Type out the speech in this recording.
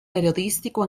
periodístico